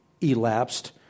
elapsed